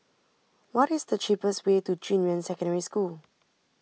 what is the cheapest way to Junyuan Secondary School